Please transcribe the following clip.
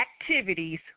activities